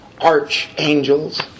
archangels